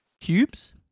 cubes